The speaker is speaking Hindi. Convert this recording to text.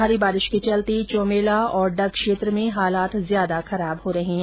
मारी बारिश के चलते चौमेला और डग क्षेत्र में हालात ज्यादा खराब हो रहे है